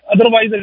otherwise